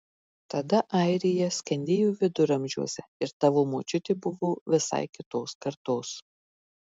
tada airija skendėjo viduramžiuose ir tavo močiutė buvo visai kitos kartos